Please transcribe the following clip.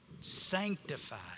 sanctified